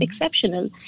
exceptional